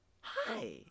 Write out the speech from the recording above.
Hi